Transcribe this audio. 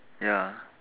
ya